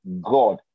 god